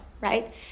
right